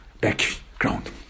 background